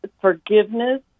forgiveness